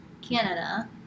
Canada